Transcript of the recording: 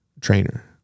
trainer